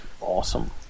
awesome